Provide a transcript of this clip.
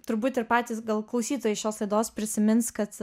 turbūt ir patys gal klausytojai šios laidos prisimins kad